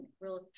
real